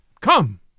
Come